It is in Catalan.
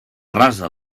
rasa